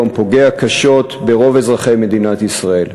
פוגע קשות ברוב אזרחי מדינת ישראל,